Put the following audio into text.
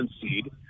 seed